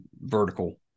vertical